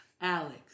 Alex